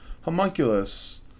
Homunculus